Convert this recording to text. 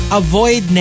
avoid